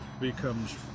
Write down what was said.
becomes